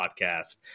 podcast